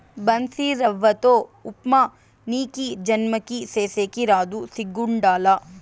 బన్సీరవ్వతో ఉప్మా నీకీ జన్మకి సేసేకి రాదు సిగ్గుండాల